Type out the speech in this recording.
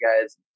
guys